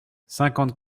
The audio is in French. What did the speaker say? cinquante